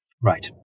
Right